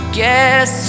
guess